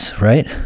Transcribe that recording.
right